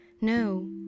no